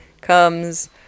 comes